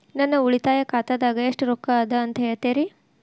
ನನ್ನ ಉಳಿತಾಯ ಖಾತಾದಾಗ ಎಷ್ಟ ರೊಕ್ಕ ಅದ ಅಂತ ಹೇಳ್ತೇರಿ?